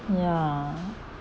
ya